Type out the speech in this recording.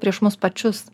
prieš mus pačius